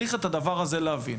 צריך את הדבר הזה להבין.